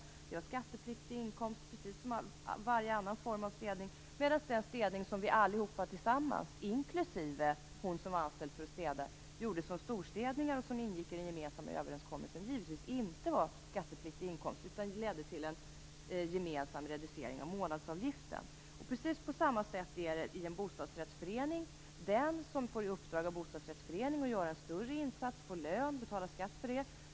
Det gav en skattepliktig inkomst precis som varje annan form av städning, medan den städning som vi allihopa tillsammans, inklusive hon som var anställd för att städa, gjorde som storstädningar och som ingick i den gemensamma överenskommelsen givetvis inte gav en skattepliktig inkomst utan ledde till en gemensam reducering av månadsavgiften. Precis på samma sätt är det i en bostadsrättsförening. Den som får i uppdrag av bostadsrättsföreningen att göra en större insats får lön och betalar skatt för det.